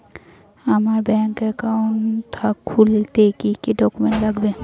আমার bank account খুলতে কি কি ডকুমেন্ট লাগবে?